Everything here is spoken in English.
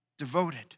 Devoted